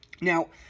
Now